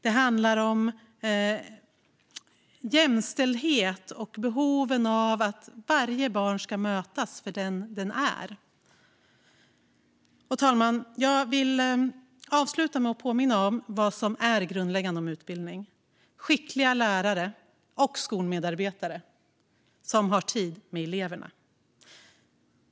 Det handlar om jämställdhet och om behovet av att varje barn ska mötas för den barnet är. Herr talman! Jag vill avsluta med att påminna om vad som är grundläggande om utbildning: skickliga lärare och skolmedarbetare som har tid med eleverna.